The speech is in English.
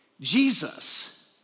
Jesus